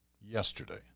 yesterday